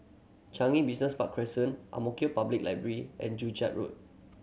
Changi Business Park Crescent Ang Mo Kio Public Library and Joo Chiat Road